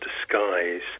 disguise